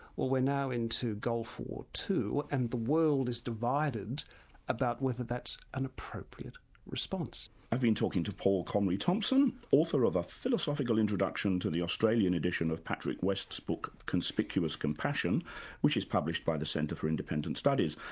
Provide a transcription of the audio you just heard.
well we're now into gulf war two and the world is divided about whether that was an appropriate response. i've been talking to paul conroy thompson author of a philosophical introduction to the australian edition of patrick west's book conspicuous compassion which is published by the centre for independent studies.